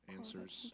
Answers